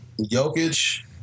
Jokic